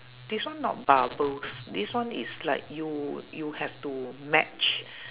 this one not bubbles this one is like you you have to match